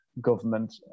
government